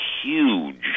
huge